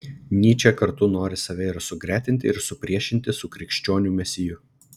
nyčė kartu nori save ir sugretinti ir supriešinti su krikščionių mesiju